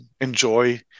enjoy